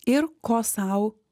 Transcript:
ir ko sau